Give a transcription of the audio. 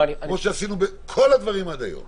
כמו שעשינו בכל הדברים עד היום.